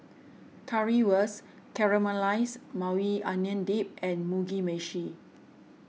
Currywurst Caramelized Maui Onion Dip and Mugi Meshi